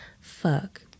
Fuck